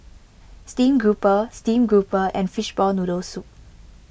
Steamed Grouper Steamed Grouper and Fishball Noodle Soup